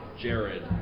Jared